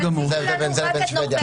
תציג לנו רק את נורבגיה.